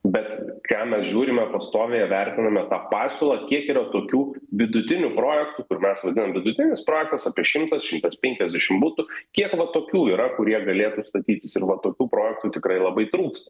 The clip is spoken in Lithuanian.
bet ką mes žiūrime pastoviai vertiname tą pasiūlą kiek yra tokių vidutinių projektų kur mes vadinam vidutinis projektas apie šimtas šimtas penkiasdešim butų kiek va tokių yra kurie galėtų statytis ir va tokių projektų tikrai labai trūks